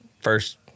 first –